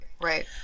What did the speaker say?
Right